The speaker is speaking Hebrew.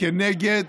כנגד